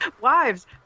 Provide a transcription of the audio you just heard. Wives